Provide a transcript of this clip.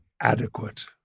adequate